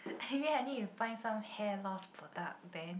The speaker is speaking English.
maybe I need to find some hair loss product then